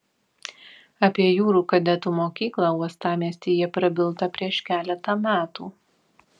apie jūrų kadetų mokyklą uostamiestyje prabilta prieš keletą metų